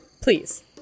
Please